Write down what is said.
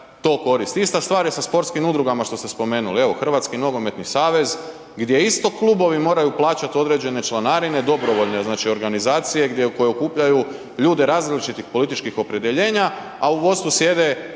to koristi. Ista stvar je sa sportskim udrugama što ste spomenuli, evo HNS gdje isto klubovi moraju plaćati određene članarine, dobrovoljne organizacije gdje koje okupljaju ljude različitih političkih opredjeljenja a u vodstvu sjede